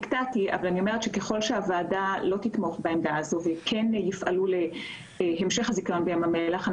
ככל שהוועדה לא תתמוך בעמדתנו ותפעל להמשך קיום זיכיון בים המלח,